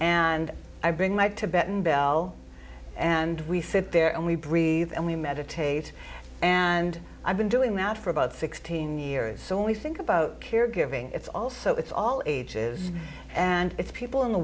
and i bring my tibetan bell and we sit there and we breathe and we meditate and i've been doing that for about sixteen years so we think about caregiving it's all so it's all ages and it's people in the